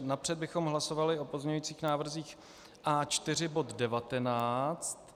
Napřed bychom hlasovali o pozměňujících návrzích A4 bod 19.